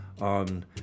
on